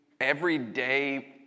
everyday